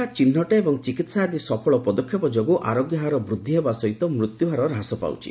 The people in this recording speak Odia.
ପରୀକ୍ଷା ଚିହ୍ରଟ ଏବଂ ଚିକିତ୍ସା ଆଦି ସଫଳ ପଦକ୍ଷେପ ଯୋଗୁଁ ଆରୋଗ୍ୟ ହାର ବୃଦ୍ଧି ଏବଂ ମୃତ୍ୟୁ ହାର ହ୍ରାସ ପାଉଛି